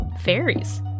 fairies